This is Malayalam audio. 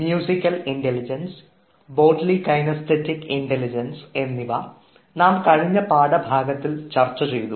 musical intelligence bodily kinesthetic intelligence എന്നിവ നാം കഴിഞ്ഞ പാഠഭാഗത്തിൽ ചർച്ച ചെയ്തു